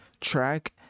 track